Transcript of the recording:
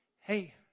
Hey